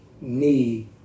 need